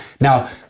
Now